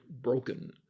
broken